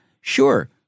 Sure